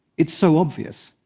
it's so obvious,